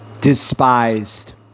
despised